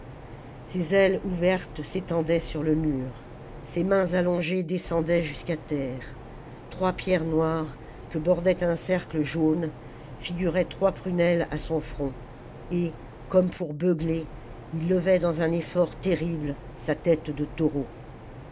ses ailes ouvertes s'étendaient sur le mur ses mains allongées descendaient jusqu'à terre trois pierres noires que bordait un cercle jaune figuraient trois prunelles à son front et comme pour beugler il levait dans un effort terrible sa tête de taureau